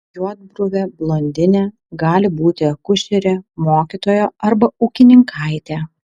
juodbruvė blondinė gali būti akušerė mokytoja arba ūkininkaitė